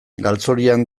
galzorian